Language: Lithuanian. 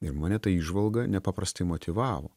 ir mane ta įžvalga nepaprastai motyvavo